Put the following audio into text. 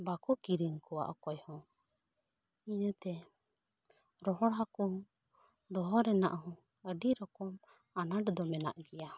ᱵᱟᱠᱚ ᱠᱤᱨᱤᱧ ᱠᱚᱣᱟ ᱚᱠᱚᱭ ᱦᱚᱸ ᱤᱱᱟᱹᱛᱮ ᱨᱚᱦᱚᱲ ᱦᱟᱠᱚ ᱫᱚᱦᱚ ᱨᱮᱱᱟᱜ ᱦᱚᱸ ᱟᱹᱰᱤ ᱨᱚᱠᱚᱢ ᱟᱸᱱᱟᱴ ᱫᱚ ᱢᱮᱱᱟᱜ ᱜᱮᱭᱟ